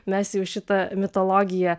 mes jau šitą mitologiją